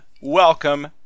Welcome